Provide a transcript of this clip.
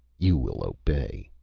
you will obey!